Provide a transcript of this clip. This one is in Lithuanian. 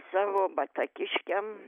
savo batakiškiam